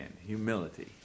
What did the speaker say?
Humility